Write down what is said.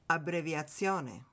Abbreviazione